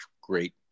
great